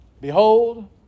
behold